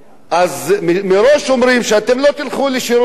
אז מראש אומרים שאתם לא תלכו לשירות בצבא,